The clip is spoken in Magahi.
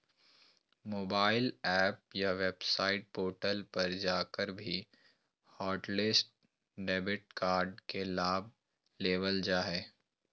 मोबाइल एप या वेबसाइट पोर्टल पर जाकर भी हॉटलिस्ट डेबिट कार्ड के लाभ लेबल जा हय